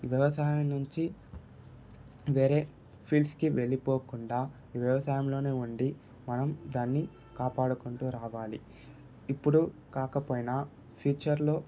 వ్యవసాయం నుంచి వేరే ఫీల్డ్స్కి వెళ్ళిపోకుండా వ్యవసాయంలో ఉండి మనం దాన్ని కాపాడుకుంటు రావాలి ఇప్పుడు కాకపోయినా ఫ్యూచర్లో